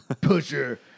Pusher